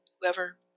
whoever